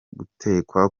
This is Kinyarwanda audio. gutekwa